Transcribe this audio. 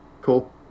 Cool